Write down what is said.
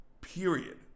Period